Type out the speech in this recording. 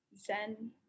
Zen